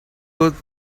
ruth